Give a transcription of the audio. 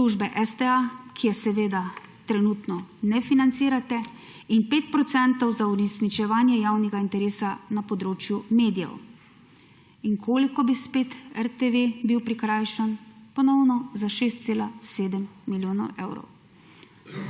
službe STA, ki je seveda trenutno ne financirate, 5 % za uresničevanje javnega interesa na področju medijev. Za koliko bi bil RTV spet prikrajšan? Ponovno za 6,7 milijonov evrov.